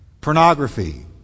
Pornography